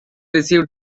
received